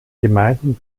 gemeinden